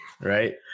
right